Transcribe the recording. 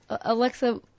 Alexa